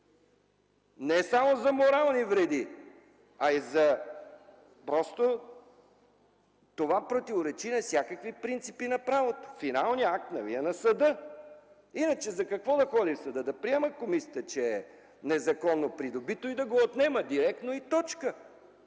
Не само за морални вреди, а и за... Просто това противоречи на всякакви принципи на правото. Финалният акт нали е на съда? Иначе за какво да ходи в съда? Да приеме комисията, че е незаконно придобито имуществото и да го отнема директно. И точка.